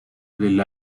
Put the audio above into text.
del